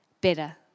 better